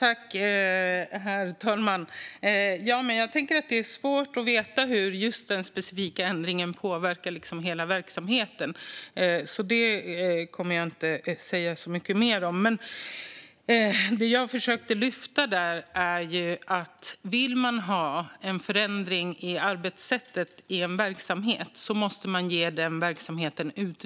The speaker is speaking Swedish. Herr talman! Jag tänker att det är svårt att veta hur just den specifika ändringen påverkar hela verksamheten, så det kommer jag inte att säga så mycket mer om. Det jag försökte lyfta fram är dock att man måste ge en verksamhet utrymme om man vill ha en förändring i arbetssättet i den verksamheten.